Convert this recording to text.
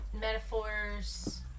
metaphors